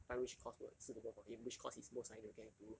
find which course were suitable for him which course he's most likely to get into